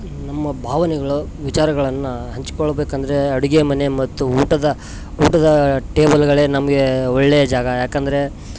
ನಮ್ಮ ಭಾವನೆಗಳು ವಿಚಾರಗಳನ್ನ ಹಂಚ್ಕೊಳ್ಬೇಕಂದರೆ ಅಡಿಗೆ ಮನೆ ಮತ್ತು ಊಟದ ಊಟದ ಟೇಬಲ್ಗಳೆ ನಮಗೆ ಒಳ್ಳೆಯ ಜಾಗ ಯಾಕಂದರೆ